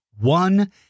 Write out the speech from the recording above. One